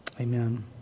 Amen